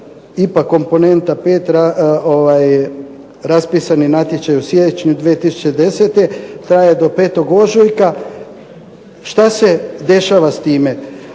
IPA komponenta 5 raspisani natječaj u siječnju 2010. pa do 5. ožujka. Što se dešava s time?